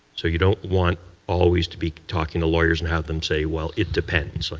so you don't want always to be talking to lawyers and have them say, well, it depends. like